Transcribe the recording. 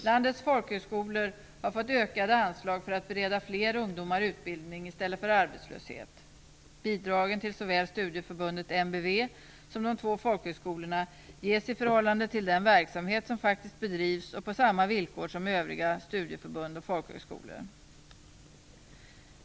Landets folkhögskolor har fått ökade anslag för att bereda fler ungdomar utbildning i stället för arbetslöshet. Bidragen till såväl studieförbundet NBV som de två folkhögskolorna ges i förhållande till den verksamhet som faktiskt bedrivs och på samma villkor som övriga studieförbund och folkhögskolor.